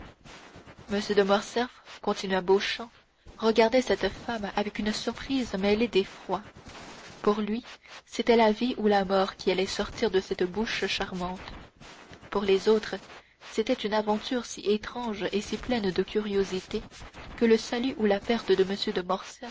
m de morcerf continua beauchamp regardait cette femme avec une surprise mêlée d'effroi pour lui c'était la vie ou la mort qui allait sortir de cette bouche charmante pour tous les autres c'était une aventure si étrange et si pleine de curiosité que le salut ou la perte de